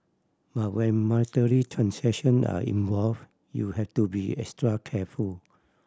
but when monetary transaction are involve you have to be extra careful